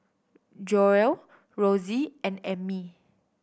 Joelle Rossie and Ammie